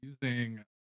using